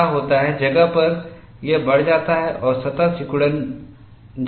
क्या होता है जगह पर यह बढ़ जाता है और सतह सिकुड़ जाती है